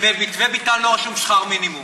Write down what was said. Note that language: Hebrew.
במתווה ביטן לא רשום שכר מינימום,